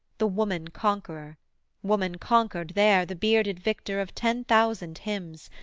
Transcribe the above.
the woman-conqueror woman-conquered there the bearded victor of ten-thousand hymns,